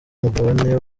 mugabane